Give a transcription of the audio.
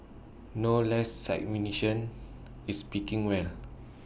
no less is speaking well